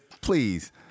please